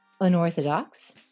Unorthodox